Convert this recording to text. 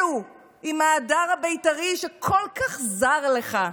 אלו עם ההדר הבית"רי שכל כך זר לך,